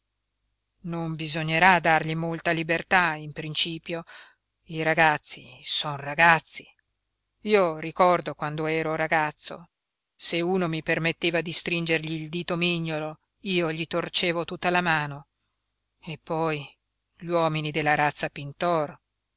non bisognerà dargli molta libertà in principio i ragazzi son ragazzi io ricordo quando ero ragazzo se uno mi permetteva di stringergli il dito mignolo io gli torcevo tutta la mano eppoi gli uomini della razza pintor